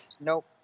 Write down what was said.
Nope